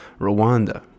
Rwanda